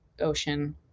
ocean